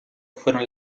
fueron